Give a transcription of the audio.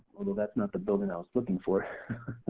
although that's not the building i was looking for.